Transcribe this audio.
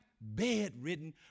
bedridden